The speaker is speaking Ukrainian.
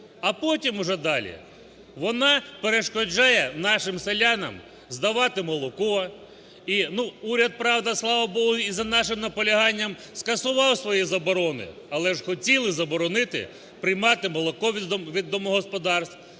а потім уже далі вона перешкоджає нашим селянам здавати молоко. Ну, уряд правда, слава Богу, і за нашим наполяганням скасував свої заборони, але ж хотіли заборонити приймати молоко від домогосподарств,